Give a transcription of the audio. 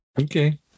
Okay